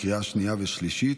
לקריאה שנייה ושלישית.